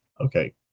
Okay